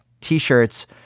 t-shirts